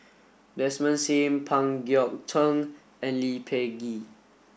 Desmond Sim Pang Guek Cheng and Lee Peh Gee